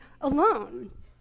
alone